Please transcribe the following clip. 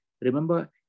remember